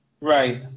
Right